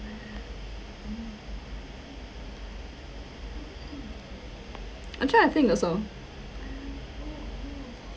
actually I think also